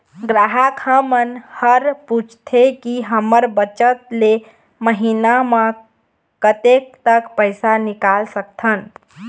ग्राहक हमन हर पूछथें की हमर बचत ले महीना मा कतेक तक पैसा निकाल सकथन?